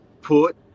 put